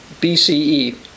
BCE